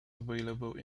available